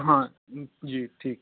हाँ जी ठीक